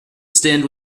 stint